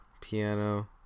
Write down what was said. piano